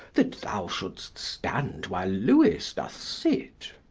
that thou should'st stand, while lewis doth sit